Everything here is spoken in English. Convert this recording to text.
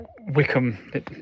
Wickham